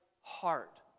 heart